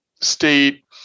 state